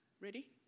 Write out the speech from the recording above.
Ready